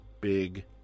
big